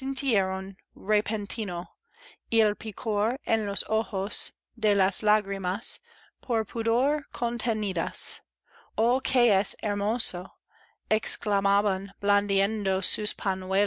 en los ojos de las lágrimas por pudor contenidas í oh que es hermoso exclamaban